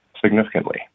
Significantly